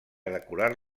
decorar